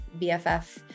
BFF